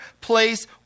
place